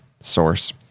source